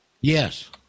Yes